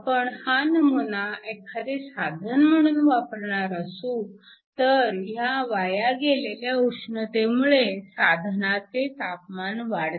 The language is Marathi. आपण हा नमुना एखादे साधन म्हणून वापरणार असू तर ह्या वाया गेलेल्या उष्णतेमुळे साधनाचे तापमान वाढते